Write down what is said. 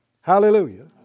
Hallelujah